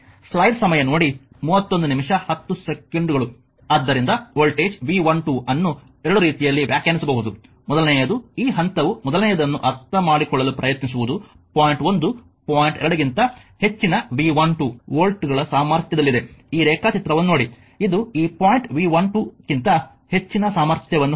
ಆದ್ದರಿಂದ voltage V 12 ಅನ್ನು 2 ರೀತಿಯಲ್ಲಿ ವ್ಯಾಖ್ಯಾನಿಸಬಹುದು ಮೊದಲನೆಯದು ಈ ಹಂತವು ಮೊದಲನೆಯದನ್ನು ಅರ್ಥಮಾಡಿಕೊಳ್ಳಲು ಪ್ರಯತ್ನಿಸುವುದು ಪಾಯಿಂಟ್ 1 ಪಾಯಿಂಟ್ 2 ಗಿಂತ ಹೆಚ್ಚಿನ ವಿ 12 ವೋಲ್ಟ್ಗಳ ಸಾಮರ್ಥ್ಯದಲ್ಲಿದೆ ಈ ರೇಖಾಚಿತ್ರವನ್ನು ನೋಡಿ ಇದು ಈ ಪಾಯಿಂಟ್ ವಿ 12 ಕ್ಕಿಂತ ಹೆಚ್ಚಿನ ಸಾಮರ್ಥ್ಯವನ್ನು ಹೊಂದಿದೆ